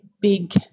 big